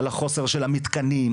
על החוסר של המתקנים,